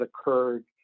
occurred